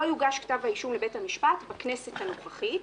לא יוגש כתב האישום לבית המשפט בכנסת הנוכחית,